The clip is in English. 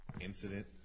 incident